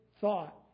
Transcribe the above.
thought